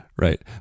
right